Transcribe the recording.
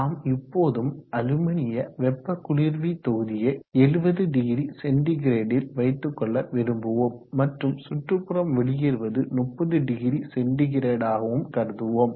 நாம் இப்போதும் அலுமினிய வெப்ப குளிர்வி தொகுதியை 700 சென்டிகிரேடில் வைத்து கொள்ள விரும்புவோம் மற்றும் சுற்றுப்புறம் வெளியேறுவது 300 சென்டிகிரேடாகவும் கருதுவோம்